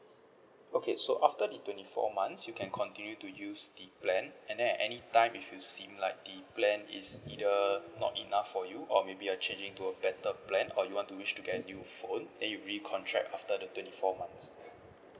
okay so after the twenty four months you can continue to use the plan and then at any time if you seem like the plan is either not enough for you or maybe you're changing to a better plan or you want to wish to get a new phone then you recontract after the twenty four months